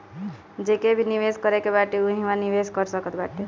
जेके भी निवेश करे के बाटे उ इहवा निवेश कर सकत बाटे